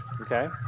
Okay